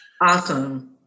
Awesome